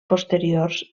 posteriors